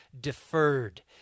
deferred